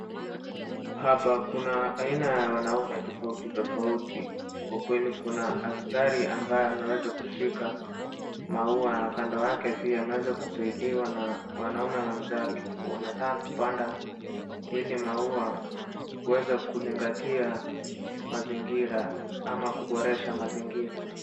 Hapa kuna aina ya wanaume tofauti tofauti. Kwa kweli kuna askari ambaye ameweza kushika maua na wa kando yake pia ameweza kusaidiwa na wanaume wenzake. Wanataka kupanda ili maua kuweza kuzingatia maingira ama kuboresha mazingira